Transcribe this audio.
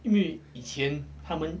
因为以前他们